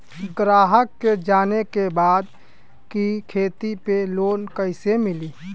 ग्राहक के जाने के बा की खेती पे लोन कैसे मीली?